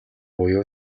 буюу